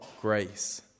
grace